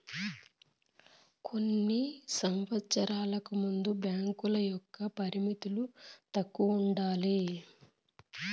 కొన్ని సంవచ్చరాలకు ముందు బ్యాంకుల యొక్క పరిమితులు తక్కువ ఉండాలి